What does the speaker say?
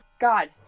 God